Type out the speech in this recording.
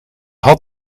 had